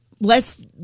less